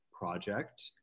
project